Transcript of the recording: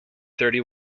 thirty